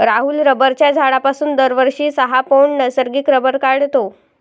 राहुल रबराच्या झाडापासून दरवर्षी सहा पौंड नैसर्गिक रबर काढतो